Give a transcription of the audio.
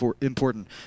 important